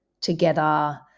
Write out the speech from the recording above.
together